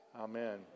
amen